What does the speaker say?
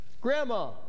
Grandma